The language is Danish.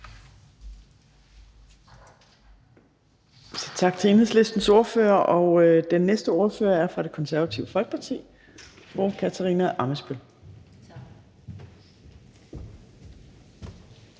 tak til Enhedslistens ordfører. Den næste ordfører er fra Det Konservative Folkeparti, fru Katarina Ammitzbøll. Kl.